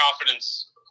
confidence